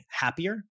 happier